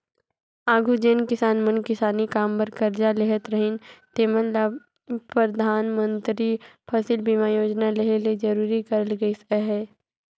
आघु जेन किसान मन किसानी काम बर करजा लेहत रहिन तेमन ल परधानमंतरी फसिल बीमा योजना लेहे ले जरूरी करल गइस अहे